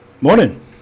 Morning